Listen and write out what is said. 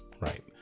Right